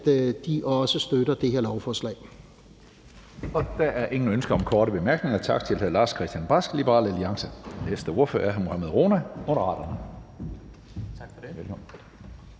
at de også støtter det her lovforslag.